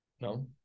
No